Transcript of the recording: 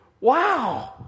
wow